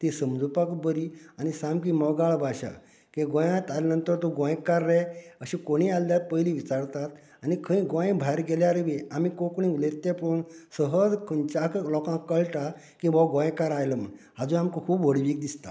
ती समजुपाक बरी आनी सामकी मोगाळ भाशा की गोंयांत आयले ननतर तूं गोंयकार रे अशे कोणूय आसल्यार पयलीं विचारतात आनी खंय गोंया भायर गेल्यार बी आमी कोंकणी उलयता तें पळोवन सहज खनच्याय लोकांक कळाटा की वो गोंयकार आयला म्हण हाजी आमकां खूब व्हडवीक दिसता